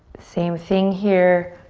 same thing here.